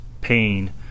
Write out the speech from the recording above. pain